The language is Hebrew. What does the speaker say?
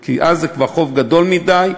כי אז זה כבר חוב גדול מדי,